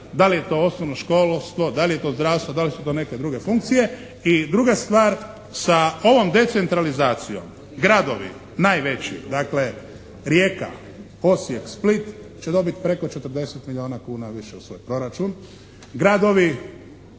da li je to osnovno školstvo, da li je to zdravstvo, da li su to neke druge funkcije. I druga stvar, sa ovom decentralizacijom gradovi najveći, dakle Rijeka, Osijek, Split će dobiti preko 40 milijuna kuna više u svoj proračun. Gradovi